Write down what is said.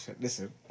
listen